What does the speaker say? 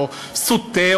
או סוטה,